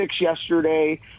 yesterday